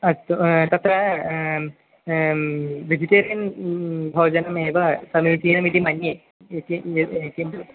अस्तु तत्र वेजिटेरियन् भोजनमेव समीचीनमिति मन्ये किञ्चित्